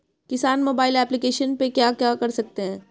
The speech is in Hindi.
किसान मोबाइल एप्लिकेशन पे क्या क्या कर सकते हैं?